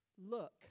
Look